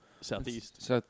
Southeast